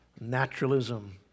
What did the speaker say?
naturalism